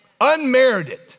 Unmerited